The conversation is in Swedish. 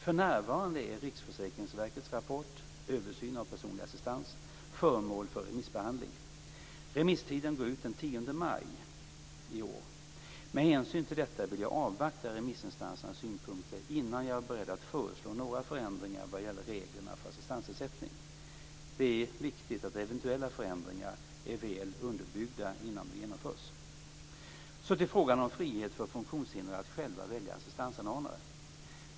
För närvarande är Riksförsäkringsverkets rapport Översyn av personlig assistans föremål för remissbehandling. Remisstiden går ut den 10 maj i år. Med hänsyn till detta vill jag avvakta remissinstansernas synpunkter innan jag är beredd att föreslå några förändringar vad gäller reglerna för assistansersättning. Det är viktigt att eventuella förändringar är väl underbyggda innan de genomförs. Så till frågan om frihet för funktionshindrade att själva välja assistansanordnare.